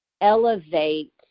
elevate